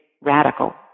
radical